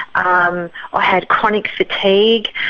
i um ah had chronic fatigue.